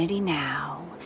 now